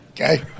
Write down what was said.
Okay